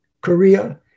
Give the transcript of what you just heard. Korea